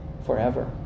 forever